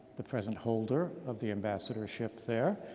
the present holder of the ambassadorship there.